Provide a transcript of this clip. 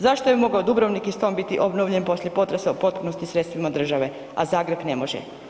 Zašto je mogao Dubrovnik i Ston biti obnovljen poslije potresa u potpunosti sredstvima države a Zagreb ne može?